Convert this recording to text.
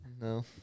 No